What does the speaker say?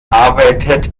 arbeitet